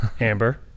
Amber